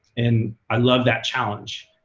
and i love that challenge.